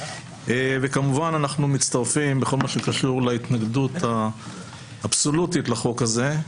כמובן שאנחנו מצטרפים לכל מה שקשור להתנגדות האבסולוטית לחוק הזה.